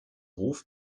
hof